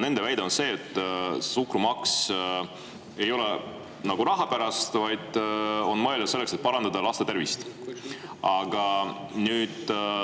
Nende väide on, et suhkrumaks ei ole nagu raha pärast, vaid on mõeldud selleks, et parandada laste tervist.